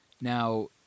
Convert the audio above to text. Now